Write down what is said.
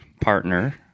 partner